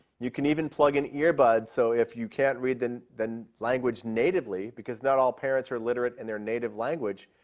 you can even plug in earbuds. so if you can't read and the language natively, because not all parents are literate in their native language,